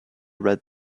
read